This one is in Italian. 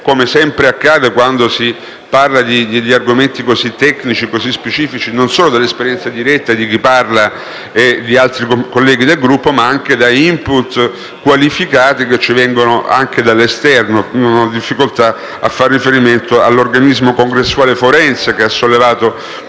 come sempre accade quando si parla di argomenti tecnici e specifici, non solo dell'esperienza diretta di chi parla e di altri componenti del Gruppo, ma anche di *input* qualificati provenienti dall'esterno; in tal caso non ho difficoltà a fare riferimento all'organismo congressuale forense, che ha sollevato